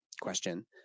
question